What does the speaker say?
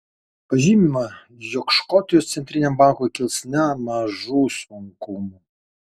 pažymima jog škotijos centriniam bankui kils nemažų sunkumų